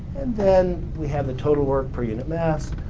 and then we have the total work per unit mass,